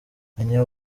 menya